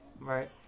Right